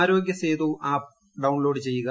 ആരോഗ്യ Setu app download ചെയ്യുക